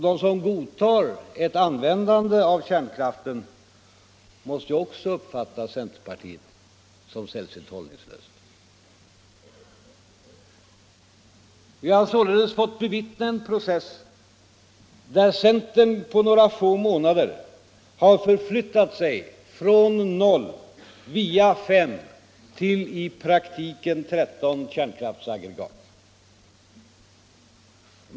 De som godtar ett användande av kärnkraft måste ju också uppfatta centerpartiet som sällsynt hållningslöst. Vi har således fått bevittna en process där centern på några månader har förflyttat sig från 0 via 5 till i praktiken 13 kärnkraftsaggregat.